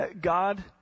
God